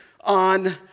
on